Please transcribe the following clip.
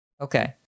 okay